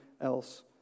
Else